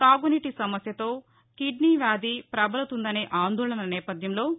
తాగునీటీ సమస్యతో కిద్నీ వ్యాధి ప్రబలుతుందనే ఆందోళన నేపథ్యంలో రూ